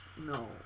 no